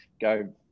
go